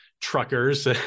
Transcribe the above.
truckers